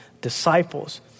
Disciples